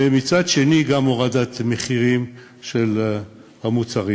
ומצד שני גם הורדת מחירים של המוצרים.